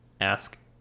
ask